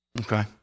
okay